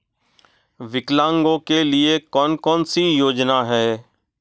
विकलांगों के लिए कौन कौनसी योजना है?